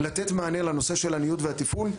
לתת מענה לנושא של הניוד והתפעול.